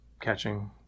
catching